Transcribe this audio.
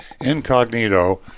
Incognito